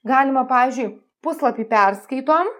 galima pavyzdžiui puslapį perskaitom